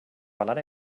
betalar